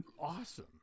awesome